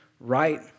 right